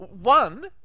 One